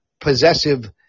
possessive